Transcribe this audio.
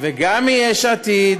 וגם מיש עתיד,